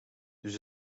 dus